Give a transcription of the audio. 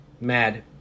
Mad